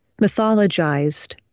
mythologized